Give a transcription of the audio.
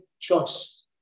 choice